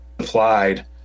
applied